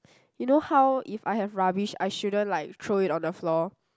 you know how if I have rubbish I shouldn't like throw it on the floor